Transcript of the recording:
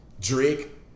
Drake